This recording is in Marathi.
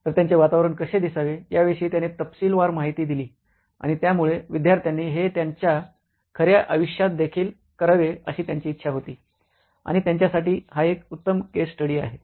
तर त्यांचे वातावरण कसे दिसावे याविषयी त्याने तपशीलवार माहिती दिली आणि त्यामुळे विद्यार्थ्यांनी हे त्यांच्या खऱ्या आयुष्यात देखील करावे अशी त्यांची इच्छा होती आणि त्यांच्यासाठी हा एक उत्तम केस स्टडी आहे